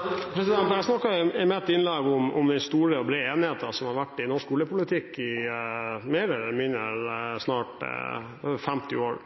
Jeg snakket i mitt innlegg om den store og brede enigheten som har vært i norsk oljepolitikk i mer eller mindre snart 50 år.